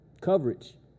coverage